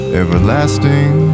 everlasting